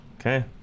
Okay